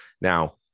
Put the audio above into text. Now